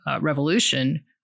revolution